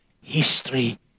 history